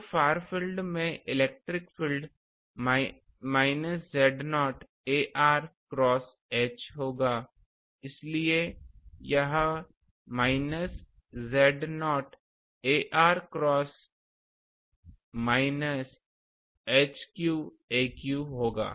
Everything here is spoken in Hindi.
तो फार फील्ड में electric field minus Z0 ar cross H होगा इसलिए यह minus Z0 ar cross minus Hq aq होगा